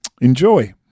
enjoy